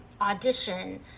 audition